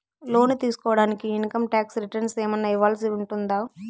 లోను తీసుకోడానికి income tax returns ఏమన్నా ఇవ్వాల్సి ఉంటుందా